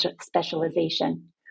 specialization